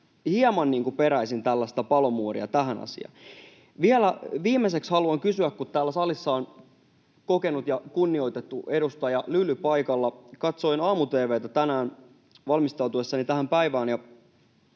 hieman peräisin tällaista palomuuria tähän asiaan. Vielä viimeiseksi haluan kysyä, kun täällä salissa on kokenut ja kunnioitettu edustaja Lyly paikalla: Katsoin aamu-tv:tä tänään valmistautuessani tähän päivään.